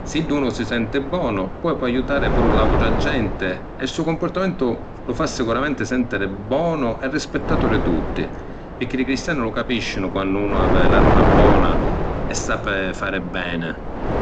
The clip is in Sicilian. Siddu unu si senti bonu, poi po’ aiutari puru l’autra genti e stu cumpurtamentu lu fa sicuramenti sentiri bonu e rispittatu di tutti, pirchì li cristiani lu capiscinu quannu unu havi l’arma bona e sapi fari beni.